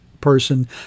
person